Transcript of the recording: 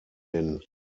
den